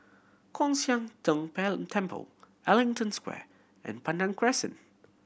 Kwan Siang Tng Temple Ellington Square and Pandan Crescent